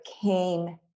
came